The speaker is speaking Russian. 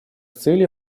целей